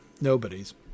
Nobody's